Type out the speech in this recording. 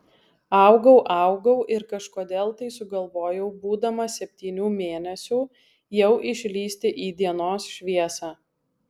augau augau ir kažkodėl tai sugalvojau būdamas septynių mėnesių jau išlįsti į dienos šviesą